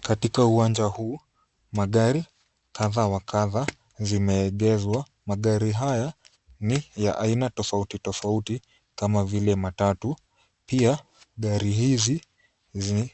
Katika uwanja huu magari kadha wa kadha zimeegeshwa. Magari haya ni ya aina tofauti tofauti kama vile matatu. Pia gari hizi